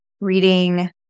reading